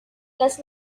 las